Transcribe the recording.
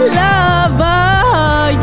lover